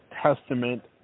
Testament